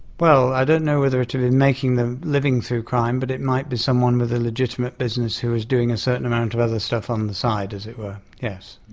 well, i don't know whether to be making a living through crime but it might be someone with a legitimate business who is doing a certain amount of other stuff on the side, as it were, yes.